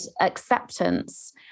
acceptance